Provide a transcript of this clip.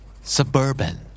Suburban